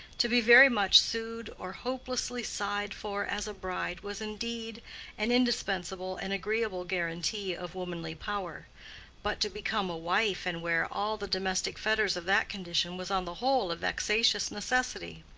to be very much sued or hopelessly sighed for as a bride was indeed an indispensable and agreeable guarantee of womanly power but to become a wife and wear all the domestic fetters of that condition, was on the whole a vexatious necessity.